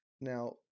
Now